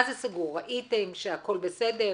ראיתם שהכול בסדר.